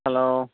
hello